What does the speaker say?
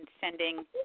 sending